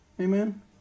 Amen